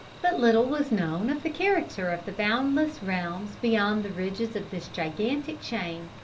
but little was known of the character of the boundless realms beyond the ridges of this gigantic chain.